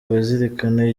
wazirikana